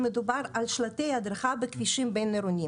שמדובר על שלטי הדרכה בכבישים בין עירוניים.